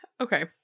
Okay